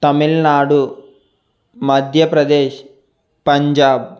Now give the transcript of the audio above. Tamil Nadu Madhya Pradesh Punjab